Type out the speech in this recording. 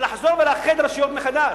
ולחזור לאחד רשויות מחדש,